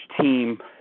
team